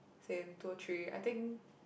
same two three I think